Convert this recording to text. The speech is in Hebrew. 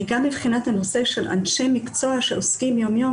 מבחינת הנושא של אנשי מקצוע שעוסקים יום יום